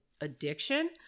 addiction